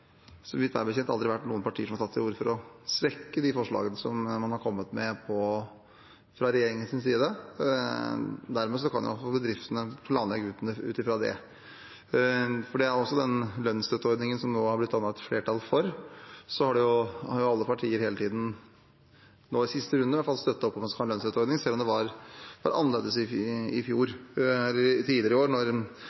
det meg bekjent aldri vært noen partier som har tatt til orde for å svekke de forslagene som har kommet fra regjeringens side. Dermed kan bedriftene planlegge ut fra det. I den lønnsstøtteordningen som det nå er dannet et flertall for, har alle partier hele tiden – i hvert fall nå i siste runde – støttet opp om den, selv om det var annerledes tidligere i år da Høyre, Kristelig Folkeparti og Venstre ikke ønsket en lønnsstøtteordning på den måten som vi har i